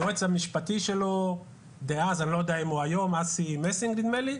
היועץ המשפטי שלו דאז, אסי מסינג נדמה לי,